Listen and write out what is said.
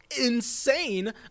insane